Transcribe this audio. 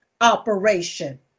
operation